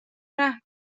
رحم